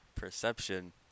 Perception